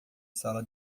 sala